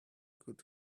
could